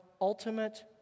ultimate